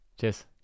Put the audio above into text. Cheers